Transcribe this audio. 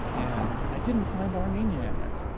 and i didn't find armenia in it.